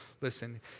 Listen